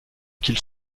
qu’il